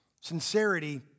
Sincerity